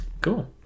Cool